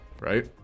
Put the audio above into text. Right